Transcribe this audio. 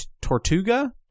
Tortuga